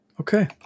Okay